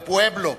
בפואבלו,